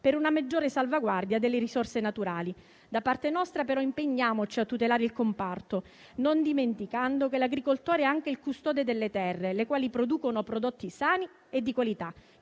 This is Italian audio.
per una maggiore salvaguardia delle risorse naturali. Da parte nostra però impegniamoci a tutelare il comparto, non dimenticando che l'agricoltore è anche il custode delle terre, le quali producono prodotti sani e di qualità,